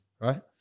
right